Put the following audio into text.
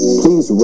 please